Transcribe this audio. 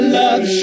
love